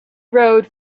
rode